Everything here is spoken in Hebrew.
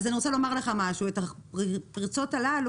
אז אני רוצה לומר לך משהו: את הפרצות הללו,